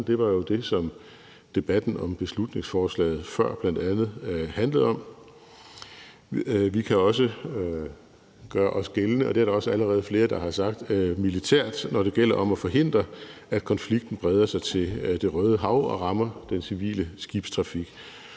det var jo det, som debatten om beslutningsforslaget før bl.a. handlede om. Vi kan også gøre os gældende, og det er der også allerede flere der har sagt, militært, når det gælder om at forhindre, at konflikten breder sig til Det Røde Hav og rammer den civile skibstrafik.